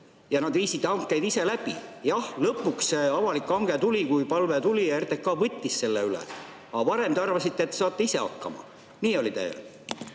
nad viisid hankeid ise läbi. Jah, lõpuks avalik hange tuli, kui palve tuli ja RTK võttis selle üle. Aga varem te arvasite, et saate ise hakkama. Nii oli.